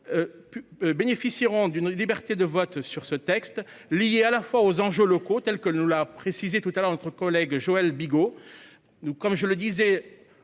Bénéficieront d'une liberté de vote sur ce texte lié à la fois aux enjeux locaux tels que nous l'a précisé tout à l'heure notre collègue Joël Bigot nous comme je le disais